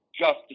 justice